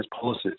policies